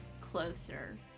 closer